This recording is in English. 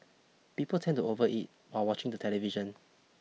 people tend to overeat while watching the television